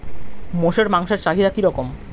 মোষের মাংসের চাহিদা কি রকম?